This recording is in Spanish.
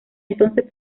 entonces